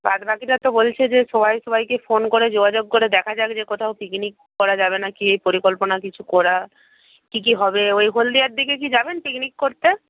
বাদবাকিরা তো বলছে যে সবাই সবাইকে ফোন করে যোগাযোগ করে দেখা যাক যে কোথাও পিকনিক করা যাবে না কি এই পরিকল্পনা কিছু করা কী কী হবে ওই হলদিয়ার দিকে কি যাবেন পিকনিক করতে